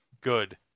Good